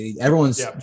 Everyone's